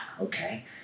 okay